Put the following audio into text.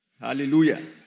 Hallelujah